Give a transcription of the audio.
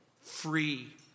free